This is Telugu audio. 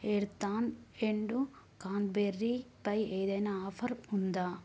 ఎర్తాన్ ఎండు క్రాన్బెరీపై ఏదైనా ఆఫర్ ఉందా